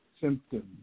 symptoms